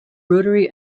rotary